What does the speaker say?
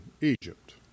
Egypt